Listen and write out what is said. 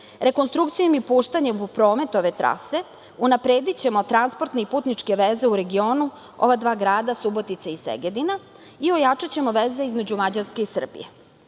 Rekonstrukcijom i puštanjem u promet ove trase unapredićemo transportne putničke veze u regionu ova dva grada Subotice i Segedina i ojačaćemo veze između Mađarske i Srbije.